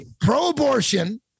pro-abortion